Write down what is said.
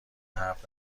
حرف